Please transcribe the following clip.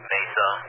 Mesa